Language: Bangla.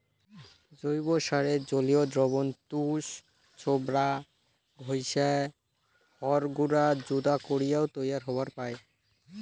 জৈব সারের জলীয় দ্রবণ তুষ, ছোবড়া, ঘইষা, হড় গুঁড়া যুদা করিয়াও তৈয়ার হবার পায়